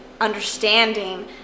understanding